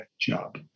job